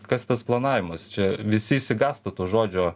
kas tas planavimas čia visi išsigąsta to žodžio